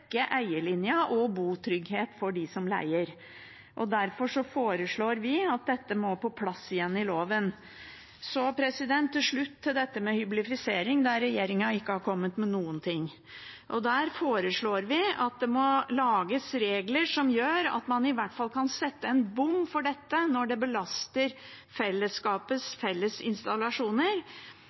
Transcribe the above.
og botrygghet for dem som leier. Derfor foreslår vi at dette må på plass igjen i loven. Så til slutt til dette med hyblifisering, der regjeringen ikke har kommet med noen ting. Der foreslår vi at det må lages regler som gjør at man i hvert fall kan sette en bom for dette når det belaster fellesskapets felles installasjoner,